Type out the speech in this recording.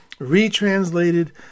Retranslated